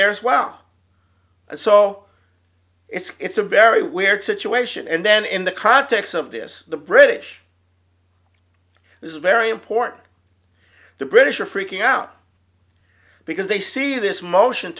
there is well so it's a very weird situation and then in the context of this the british this is very important the british are freaking out because they see this motion